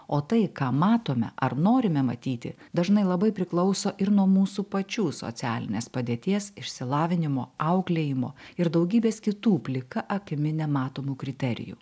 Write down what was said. o tai ką matome ar norime matyti dažnai labai priklauso ir nuo mūsų pačių socialinės padėties išsilavinimo auklėjimo ir daugybės kitų plika akimi nematomų kriterijų